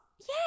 yes